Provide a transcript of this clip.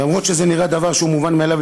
אומנם זה נראה דבר מובן מאליו,